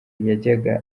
yajyaga